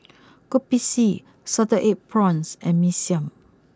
Kopi C Salted Egg Prawns and Mee Siam